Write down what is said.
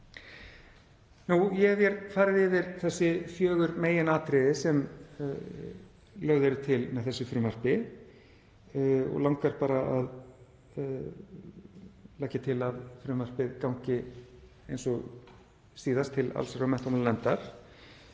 Ég hef farið yfir þessi fjögur meginatriði sem lögð eru til með þessu frumvarpi og langar bara að leggja til að frumvarpið gangi eins og síðast til allsherjar- og menntamálanefndar.